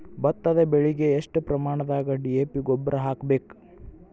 ಭತ್ತದ ಬೆಳಿಗೆ ಎಷ್ಟ ಪ್ರಮಾಣದಾಗ ಡಿ.ಎ.ಪಿ ಗೊಬ್ಬರ ಹಾಕ್ಬೇಕ?